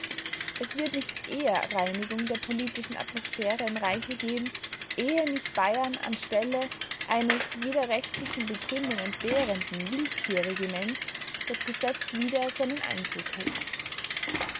es wird nicht eher reinigung der politischen atmosphäre im reiche geben ehe nicht in bayern an stelle eines jeder rechtlichen begründung entbehrenden willkürregiments das gesetz wieder seinen einzug hält